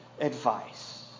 advice